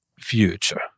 future